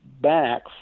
back